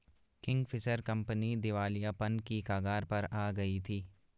Kingfisher company दिवालियापन की कगार पर आ गई थी